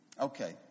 okay